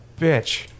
bitch